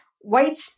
white